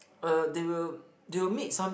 uh they will they will meet some